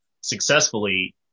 successfully